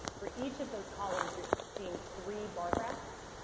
for each of those columns you're seeing three bar graphs.